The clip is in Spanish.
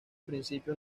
principio